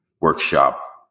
workshop